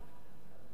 פשוט נפלה.